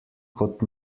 kot